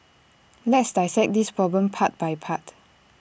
let's dissect this problem part by part